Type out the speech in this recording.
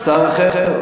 או שר אחר.